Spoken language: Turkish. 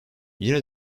yine